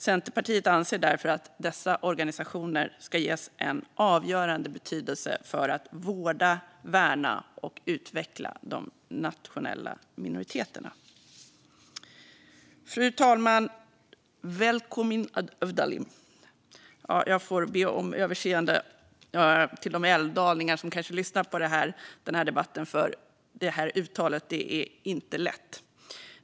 Centerpartiet anser därför att dessa organisationer ska ges en avgörande betydelse för att vårda, värna och utveckla de nationella minoriteterna. Fru talman! Welkumin að Övdalim! Jag får be om överseende hos de älvdalingar som kanske lyssnar på den här debatten, för uttalet är inte lätt.